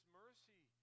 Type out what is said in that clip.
mercy